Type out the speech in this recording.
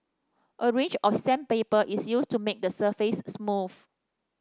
a range of sandpaper is used to make the surface smooth